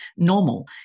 normal